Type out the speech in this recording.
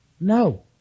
No